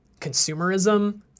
consumerism